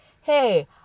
hey